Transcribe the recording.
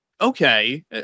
okay